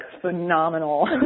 phenomenal